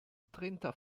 trenta